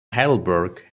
heidelberg